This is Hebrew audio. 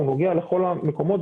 הוא נוגע לכל המקומות,